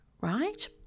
right